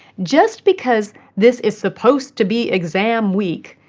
just because this is supposed to be exam week,